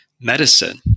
medicine